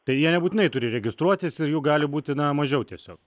tai jie nebūtinai turi registruotis ir jų gali būti na mažiau tiesiog